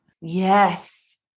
Yes